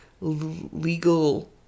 legal